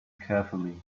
carefully